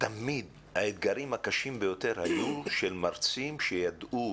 תמיד האתגרים הקשים ביותר היו של מרצים שידעו